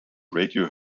radio